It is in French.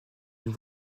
une